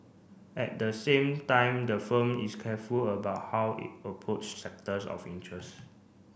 at the same time the firm is careful about how it approach sectors of interest